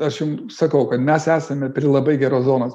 aš jum sakau kad mes esame prie labai geros zonos